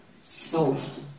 soft